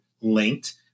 linked